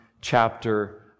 chapter